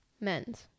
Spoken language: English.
men's